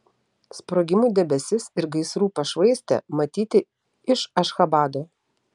sprogimų debesis ir gaisrų pašvaistė matyti iš ašchabado